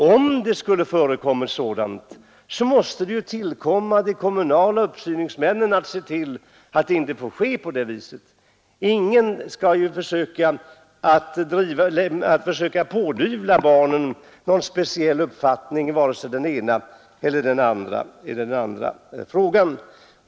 Om sådant skulle förekomma måste det ankomma på de kommunala uppsyningsmännen att se till att det inte fortsätter. Ingen skall försöka pådyvla barnen någon speciell uppfattning i vare sig den ena eller den andra frågan.